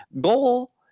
goal